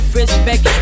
respect